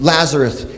Lazarus